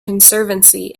conservancy